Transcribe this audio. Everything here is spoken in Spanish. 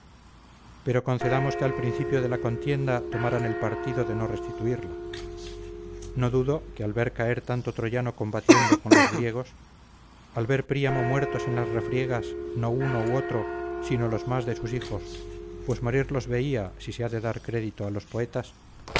pero concedamos que al principio de la contienda tomaran el partido de no restituirla no dudo que al ver caer tanto troyano combatiendo con los griegos al ver príamo muertos en las refriegas no uno u otro sino los más de sus hijos pues morir los veía si se ha de dar crédito a los poetas